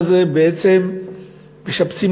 ובעצם את המסגד הזה משפצים